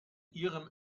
ihrem